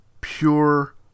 pure